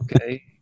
Okay